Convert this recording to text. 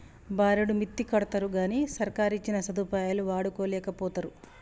బారెడు మిత్తికడ్తరుగని సర్కారిచ్చిన సదుపాయాలు వాడుకోలేకపోతరు